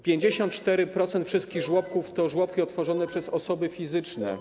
54% wszystkich żłobków to żłobki otworzone przez osoby fizyczne.